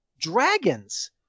dragons